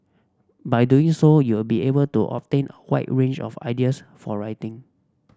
by doing so you'll be able to obtain wide range of ideas for writing